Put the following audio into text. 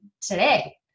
today